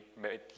made